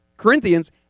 Corinthians